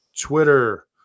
Twitter